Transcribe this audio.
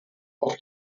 auf